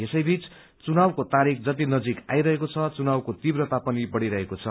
यसैबीच चुनावको तारिख जसरी नजिका आइरजेको छ चुनावको तीव्रता पनि बढ़िरहेको छ